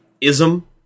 ism